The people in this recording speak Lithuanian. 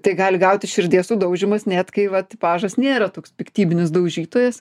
tai gali gautis širdies sudaužymas net kai va tipažas nėra toks piktybinis daužytojas